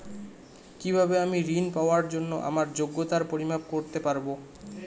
কিভাবে আমি ঋন পাওয়ার জন্য আমার যোগ্যতার পরিমাপ করতে পারব?